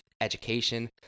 education